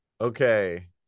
okay